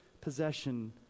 possession